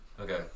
Okay